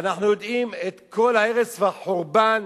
ואנחנו יודעים את כל ההרס והחורבן